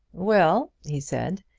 well, he said,